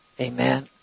Amen